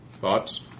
Thoughts